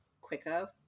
quicker